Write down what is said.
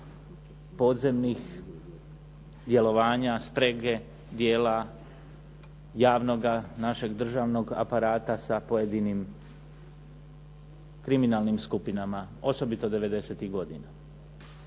podzemnih djelovanja, sprege dijela javnoga našeg državnog aparata sa pojedinim kriminalnim skupinama osobito devedesetih